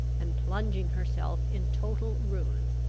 and plunging herself in total ruin.